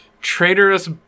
traitorous